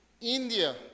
India